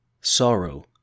Sorrow